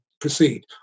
proceed